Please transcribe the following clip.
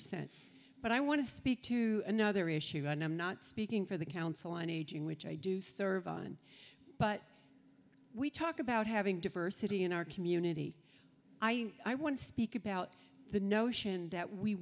percent but i want to speak to another issue and i'm not speaking for the council on aging which i do serve on but we talk about having diversity in our community i want to speak about the notion that we